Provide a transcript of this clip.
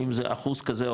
האם זה אחוז כזה,